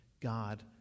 God